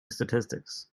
statistics